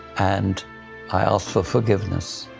and i ask for forgiveness.